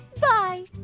Bye